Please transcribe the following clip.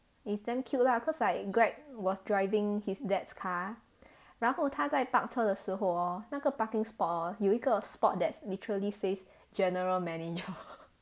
it's damn cute lah cause like greg was driving his dad's car 然后他在 park 车的时候 hor 那个 parking spot hor 有一个 spot that's literally says general manager